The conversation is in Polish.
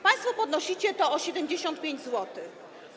Państwo podnosicie to o 75 zł.